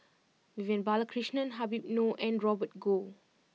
Vivian Balakrishnan Habib Noh and Robert Goh